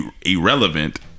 Irrelevant